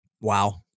wow